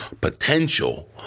Potential